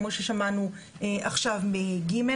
כמו ששמענו עכשיו מ-ג'.